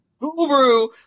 guru